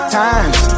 times